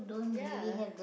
ya